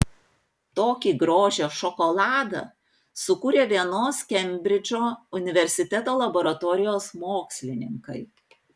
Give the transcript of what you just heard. tokį grožio šokoladą sukūrė vienos kembridžo universiteto laboratorijos mokslininkai